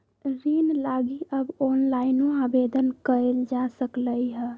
ऋण लागी अब ऑनलाइनो आवेदन कएल जा सकलई ह